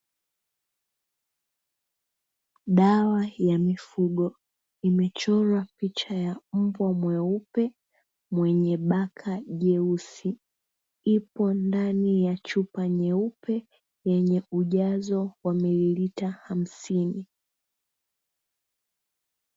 Dawa ya mifugo imechorwa picha ya mbwa mweupe mwenye baka jeusi, ipo ndani ya chupa nyeupe yenye ujazo wa mililita hamsini.